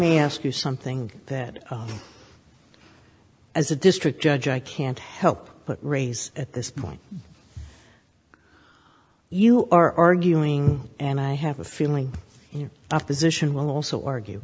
me ask you something that as a district judge i can't help but raise at this point you are arguing and i have a feeling your opposition will also argue